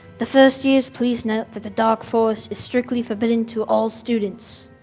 the first years please note that the dark forest is strictly forbidden to all students.